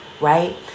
right